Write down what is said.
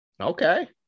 Okay